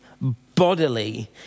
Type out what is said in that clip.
bodily